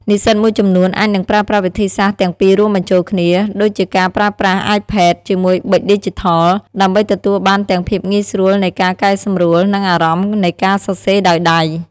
និស្សិតមួយចំនួនអាចនឹងប្រើប្រាស់វិធីសាស្ត្រទាំងពីររួមបញ្ចូលគ្នា ដូចជាការប្រើប្រាស់ អាយផេត ជាមួយប៊ិចឌីជីថល ដើម្បីទទួលបានទាំងភាពងាយស្រួលនៃការកែសម្រួល និងអារម្មណ៍នៃការសរសេរដោយដៃ។